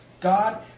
God